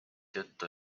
juttu